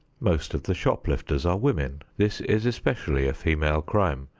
most of the shop-lifters are women. this is especially a female crime.